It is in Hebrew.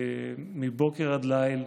מבוקר עד ליל,